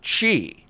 Chi